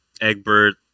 Egbert